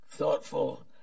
Thoughtful